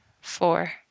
four